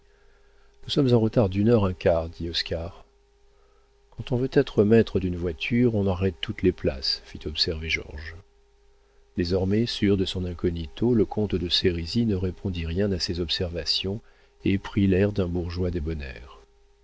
nous sommes en retard d'une heure un quart dit oscar quand on veut être maître d'une voiture on arrête toutes les places fit observer georges désormais sûr de son incognito le comte de sérisy ne répondit rien à ces observations et prit l'air d'un bourgeois débonnaire